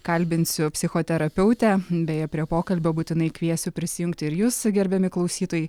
kalbinsiu psichoterapeutę beje prie pokalbio būtinai kviesiu prisijungti ir jus gerbiami klausytojai